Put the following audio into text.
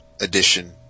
edition